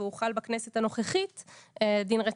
והוחל בכנסת הנוכחית דין רציפות.